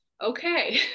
Okay